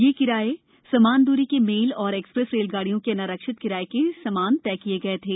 ये किराये समान दूरी के मेल और एक्सप्रेस रेलगाडियों के अनारक्षित किराये के समान तय किये गए थे